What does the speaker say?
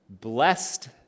blessed